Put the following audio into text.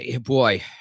boy